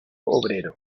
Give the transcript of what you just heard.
obrero